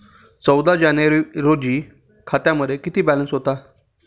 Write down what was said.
चौदा जानेवारी रोजी खात्यामध्ये किती बॅलन्स होता?